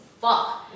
fuck